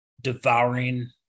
devouring